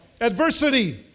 Adversity